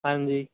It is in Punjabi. ਹਾਂਜੀ